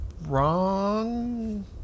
wrong